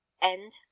End